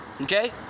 Okay